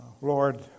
Lord